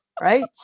Right